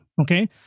Okay